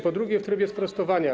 Po drugie, w trybie sprostowania.